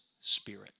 spirit